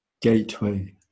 gateway